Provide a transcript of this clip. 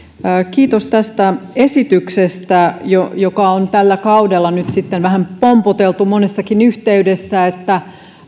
kiitos tästä esityksestä jota on tällä kaudella nyt sitten vähän pompoteltu monessakin yhteydessä että